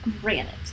Granite